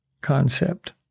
concept